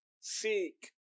seek